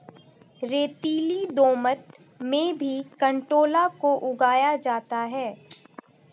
रेतीली दोमट में भी कंटोला को उगाया जाता है